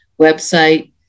website